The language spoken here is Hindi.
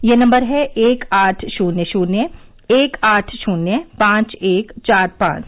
यह नम्बर है एक आठ शुन्य शुन्य एक आठ शुन्य पांच एक चार पांच